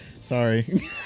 sorry